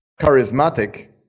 charismatic